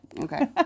okay